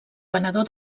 venedor